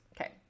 okay